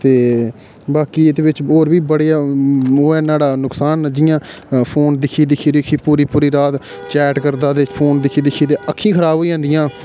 ते बाकी एह्दे बिच होर बी बड़े ओह् ऐ न्हाड़ा नुकसान ऐ जि'यां फ़ोन दिक्खी दिक्खी दिक्खी पूरी पूरी रात चैट करदा ते फ़ोन दिक्खी दिक्खी ते अक्खीं खराब होई जन्दियां